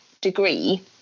degree